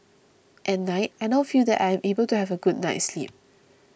at night I now feel that I am able to have a good night's sleep